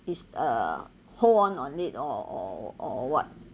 is uh hold on on it or or or what